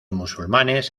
musulmanes